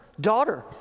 daughter